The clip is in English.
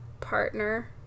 partner